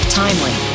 timely